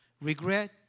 regret